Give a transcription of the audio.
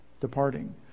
departing